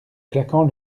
claquant